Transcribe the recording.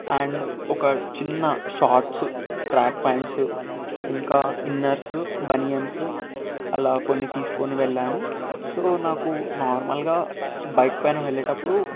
and ఒక చిన్న shorts track pants ఇంకా ఇన్నర్స్ బనియన్స్ అలా కొన్ని తీసుకోని వెళ్ళాను సో నాకు నార్మల్గా బైక్ పైన వెళ్ళేటప్పుడు